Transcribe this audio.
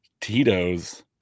tito's